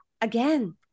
Again